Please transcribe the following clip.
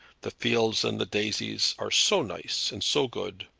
de fields and de daisies are so nice and so good!